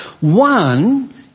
One